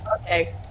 Okay